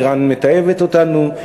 איראן מתעבת אותנו,